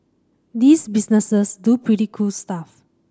these businesses do pretty cool stuff